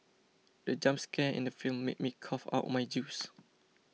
the jump scare in the film made me cough out my juice